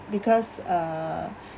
because uh